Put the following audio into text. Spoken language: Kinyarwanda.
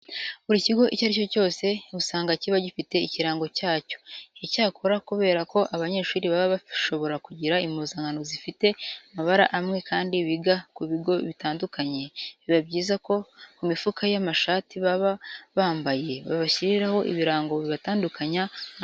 Buri kigo icyo ari cyo cyose usanga kiba gifite ikirango cyacyo. Icyakora kubera ko abanyeshuri baba bashobora kugira impuzankano zifite amabara amwe kandi biga ku bigo bitandukanye, biba byiza ko ku mifuka y'amashati baba bambaye babashyiriraho ibirango bibatandukanya n'abandi.